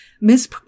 Miss